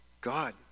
God